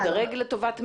מדָרג לטובת מי?